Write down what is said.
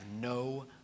no